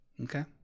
Okay